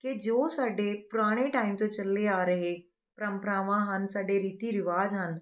ਕਿ ਜੋ ਸਾਡੇ ਪੁਰਾਣੇ ਟਾਇਮ ਤੋਂ ਚੱਲੇ ਆ ਰਹੇ ਪਰੰਪਰਾਵਾਂ ਹਨ ਸਾਡੇ ਰੀਤੀ ਰਿਵਾਜ਼ ਹਨ